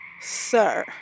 sir